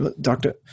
Doctor